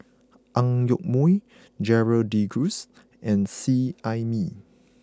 Ang Yoke Mooi Gerald De Cruz and Seet Ai Mee